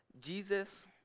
Jesus